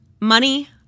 Money